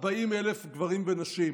40,000 גברים ונשים.